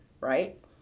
right